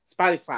Spotify